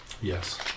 Yes